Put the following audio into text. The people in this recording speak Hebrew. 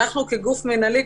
אנחנו כגוף מנהלי,